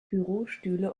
bürostühle